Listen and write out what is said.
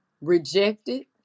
rejected